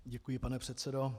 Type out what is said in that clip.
Děkuji, pane předsedo.